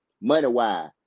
money-wise